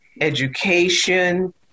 education